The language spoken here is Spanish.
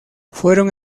fueron